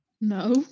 No